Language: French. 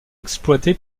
exploité